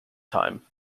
time